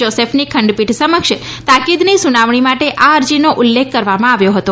જોસેફની ખંડપીઠ સમક્ષ તાકીદની સુનાવણી માટે આ અરજીનો ઉલ્લેખ કરવામાં આવ્યો હતો